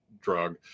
drug